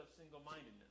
single-mindedness